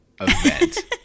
event